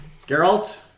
Geralt